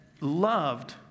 loved